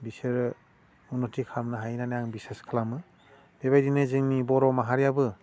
बिसोरो उन्नथि खालामनो हायो होन्नानै आं बिसास खालामो बेबायदिनो जोंनि बर' माहारियाबो